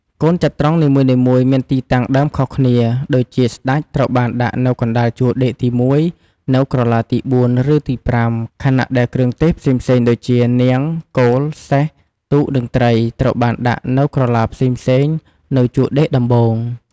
កូនចត្រង្គនីមួយៗមានទីតាំងដើមខុសគ្នា ដូចជា ស្ដេច ត្រូវបានដាក់នៅកណ្តាលជួរដេកទី១ នៅក្រឡាទី៤ ឬទី៥ ខណៈដែលគ្រឿងទេសផ្សេងៗដូចជា នាង គោល សេះ ទូក និងត្រី ត្រូវបានដាក់នៅក្រឡាផ្សេងៗនៅជួរដេកដំបូង។